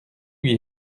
lui